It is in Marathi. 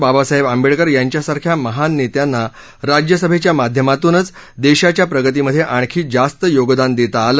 बाबासाहेब आर्डेडकर याच्यासारख्या महान नेत्याती राज्यसभेच्या माध्यमातूनच देशाच्या प्रगतीमध्ये आणखी जास्त योगदान देता आल